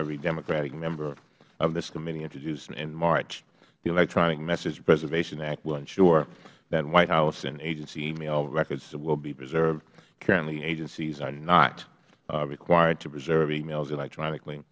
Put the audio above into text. every democratic member of this committee introduced in march the electronic message preservation act will ensure that white house and agency email records will be preserved currently agencies are not required to preserve emails electronically